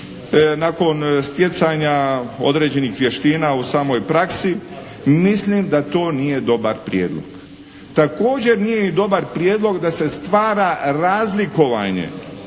nakon stjecanja određenih vještina u samoj praksi mislim da to nije dobar prijedlog. Također nije dobar prijedlog da se stvara razlikovanje